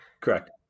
Correct